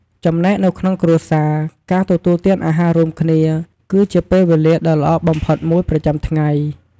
ចំណែកនៅក្នុងគ្រួសារ ការទទួលទានអាហាររួមគ្នា គឺជា ពេលវេលាដ៏ល្អបំផុតមួយ ប្រចាំថ្ងៃ។